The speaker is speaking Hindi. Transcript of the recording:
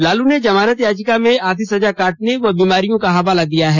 लालू ने जमानत याचिका में आधी सजा काटने व बीमारियों का हवाला दिया है